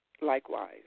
Likewise